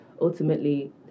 ultimately